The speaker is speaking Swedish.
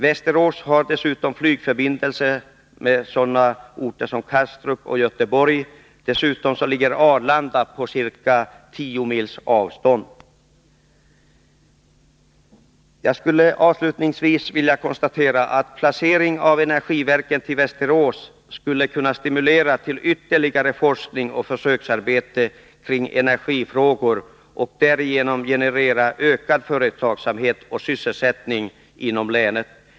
Västerås har flygförbindelse med Kastrup och Göteborg, och dessutom ligger Arlanda på ca 10 mils avstånd. Jag skulle avslutningsvis vilja konstatera att en placering av energiverket i Västerås skulle kunna stimulera till ytterligare forskning och försöksarbete kring energifrågor och därigenom generera ökad företagsamhet och sysselsättning inom länet.